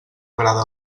agrada